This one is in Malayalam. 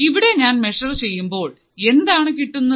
ഇവിടെ ഞാൻ മെഷർ ചെയ്യുമ്പോൾ എന്താണ് കിട്ടുന്നത്